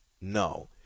No